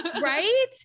Right